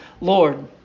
Lord